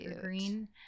green